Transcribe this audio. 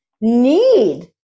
need